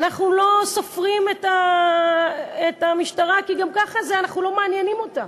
אנחנו לא סופרים את המשטרה כי גם ככה אנחנו לא מעניינים אותה.